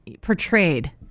portrayed